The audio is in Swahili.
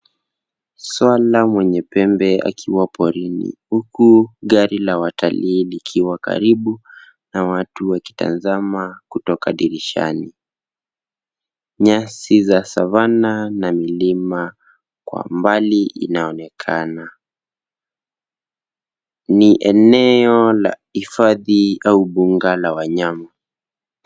Swara mwenye pembe akiwa porini huku gari la watalii likiwa karibu na watu wakitazama kutoka dirishani. Nyasi za Savana na milima kwa mbali inaonekana. Ni eneo la hifadhi au bunga la wanyama.